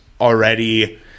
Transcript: already